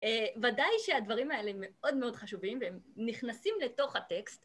ודאי שהדברים האלה הם מאוד מאוד חשובים והם נכנסים לתוך הטקסט.